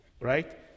right